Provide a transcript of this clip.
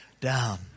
down